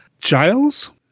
Giles